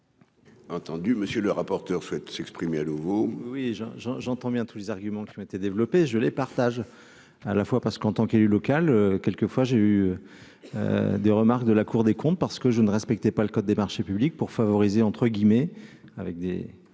Entendu, monsieur le rapporteur souhaite s'exprimer à nouveau. Oui, j'en j'en, j'entends bien, tous les arguments qui ont été développés, je les partage à la fois parce qu'en tant qu'élu local, quelques fois, j'ai eu des remarques de la Cour des comptes parce que je ne respectaient pas le code des marchés publics pour favoriser entre guillemets avec des